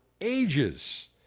ages